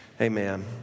Amen